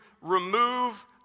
remove